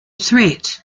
threat